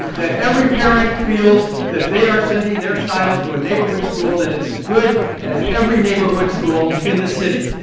that every parent feels that they are sending their child to a neighborhood school that is as good as every neighborhood school in the city.